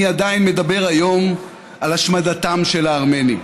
מי עדיין מדבר היום על השמדתם של הארמנים?